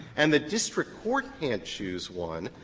and the district court can't choose one,